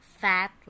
fat